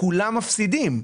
כולם מפסידים מזה.